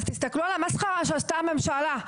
אז תסתכלו על המסחרה שעשתה הממשלה.